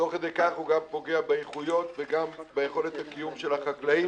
ושתוך כדי כך הוא גם פוגע באיכויות וגם ביכולת הקיום של החקלאים.